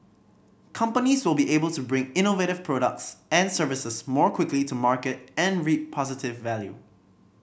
companies will be able to bring innovative products and services more quickly to market and reap positive value